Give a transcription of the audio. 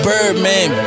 Birdman